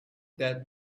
that